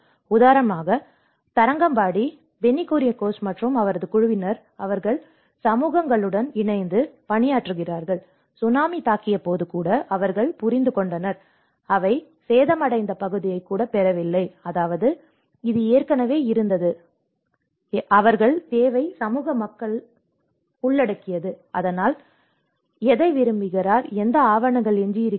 உதாரணமாக தரங்கம்பாடி பென்னி குரியகோஸ் மற்றும் அவரது குழுவினர் அவர்கள் சமூகங்களுடன் இணைந்து பணியாற்றுகிறார்கள் சுனாமி தாக்கியபோது கூட அவர்கள் புரிந்து கொண்டனர் அவை சேதமடைந்த பகுதியைக் கூட பெறவில்லை அதாவது இது ஏற்கனவே இருந்தது எனவே அவர்கள் தேவை சமூக மக்களை உள்ளடக்கியது அதனால் தான் எதை விரும்புகிறார் எந்த ஆவணங்களும் எஞ்சியிருக்காது